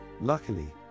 Luckily